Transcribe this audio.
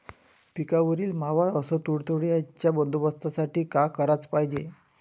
पिकावरील मावा अस तुडतुड्याइच्या बंदोबस्तासाठी का कराच पायजे?